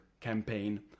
campaign